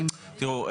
תראו,